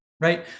Right